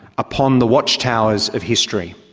upon the watch towers of history.